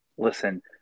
Listen